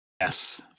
yes